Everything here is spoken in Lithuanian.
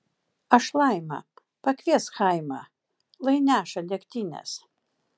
aš laima pakviesk chaimą lai neša degtinės